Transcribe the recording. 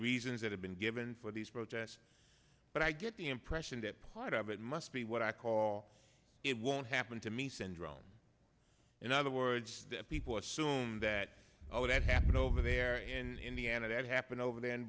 reasons that have been given for these protests but i get the impression that part of it must be what i call it won't happen to me syndrome in other words people assume that oh that happened over there in the end it happened over there in